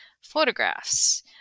photographs